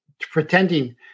pretending